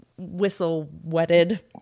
Whistle-wetted